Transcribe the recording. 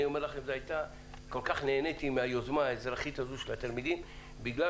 אני אומר לכם שכל כך נהניתי מהיוזמה האזרחית הזו של התלמידים בגלל